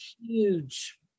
huge